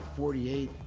forty eight,